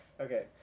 Okay